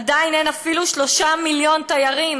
עדיין אין 3 מיליון תיירים,